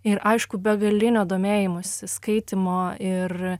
ir aišku begalinio domėjimosi skaitymo ir